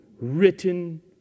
written